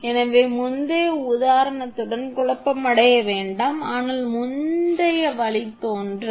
எனவே முந்தைய உதாரணத்துடன் குழப்பமடைய வேண்டாம் அதனால் முந்தைய வழித்தோன்றல்